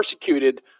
persecuted